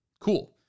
Cool